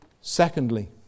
Secondly